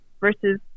versus